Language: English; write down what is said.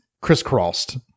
crisscrossed